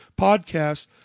podcasts